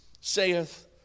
saith